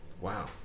Wow